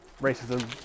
racism